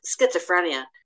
schizophrenia